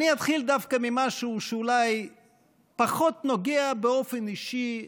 אני אתחיל דווקא ממשהו שאולי פחות נוגע באופן אישי,